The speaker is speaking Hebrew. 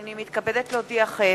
הנני מתכבדת להודיעכם,